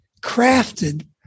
crafted